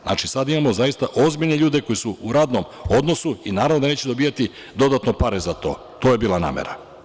Znači, sada imamo zaista ozbiljne ljude koji su u radnom odnosu i naravno da neće dobijati dodatno pare za to, to je bila namera.